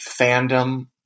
fandom